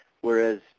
Whereas